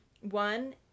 One